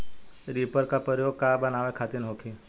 Reaper का प्रयोग का बनावे खातिन होखि?